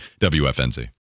WFNZ